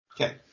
Okay